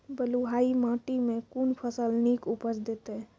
बलूआही माटि मे कून फसल नीक उपज देतै?